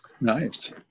nice